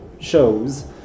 shows